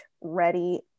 ready